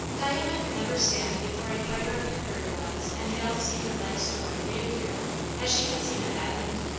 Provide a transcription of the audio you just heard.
diana could never stand before a fire of hickory logs and fail to see her life-story reappear as she had seen it that night.